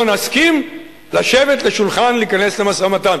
לא נסכים לשבת לשולחן ולהיכנס למשא-ומתן.